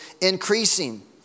increasing